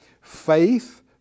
faith